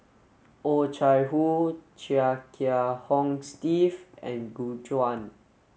Oh Chai Hoo Chia Kiah Hong Steve and Gu Juan